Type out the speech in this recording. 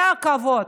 זה הכבוד.